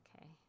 Okay